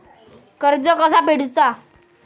कर्ज कसा फेडुचा?